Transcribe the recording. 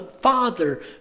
Father